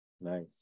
Nice